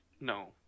no